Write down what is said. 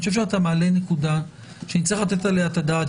אתה מעלה נקודה שנצטרך לתת עליה את הדעת.